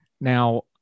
now